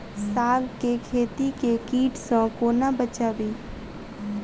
साग केँ खेत केँ कीट सऽ कोना बचाबी?